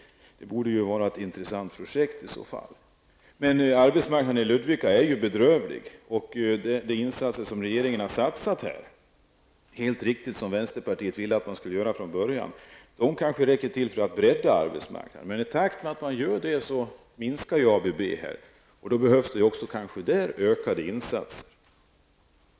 Detta borde vara ett intressant projekt. Arbetsmarknaden i Ludvika är bedrövlig. De insatser som regeringen har gjort, som vänsterpartiet från början ville att man skulle göra, räcker kanske till för att bredda arbetsmarknaden. Men i takt med dessa insatser minskar ABBs verksamhet. Då behövs också där utökade insatser.